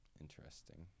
Interesting